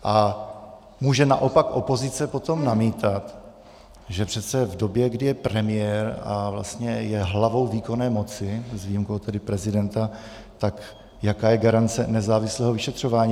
A může naopak opozice potom namítat, že přece v době, kdy je premiér a je hlavou výkonné moci, s výjimkou tedy prezidenta, tak jaká je garance nezávislého vyšetřování.